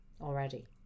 already